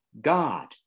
God